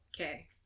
Okay